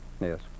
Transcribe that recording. Yes